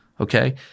okay